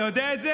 אתה יודע את זה?